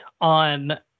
on